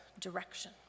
direction